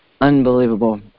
Unbelievable